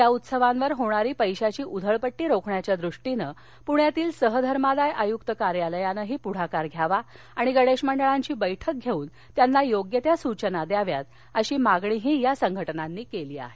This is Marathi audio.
या उत्सवांवर होणारी पैशांची उधळपट्टी रोखण्याच्या द्रष्टीनं पूण्यातील सहधर्मादाय आयुक्त कार्यालयानेही पुढाकार घ्यावा आणि गणेश मंडळांची बैठक घेऊन त्यांना योग्य त्या सूचना द्याव्यात अशी मागणी या संघटनांनी केली आहे